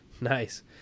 Nice